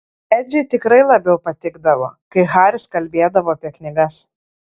edžiui tikrai labiau patikdavo kai haris kalbėdavo apie knygas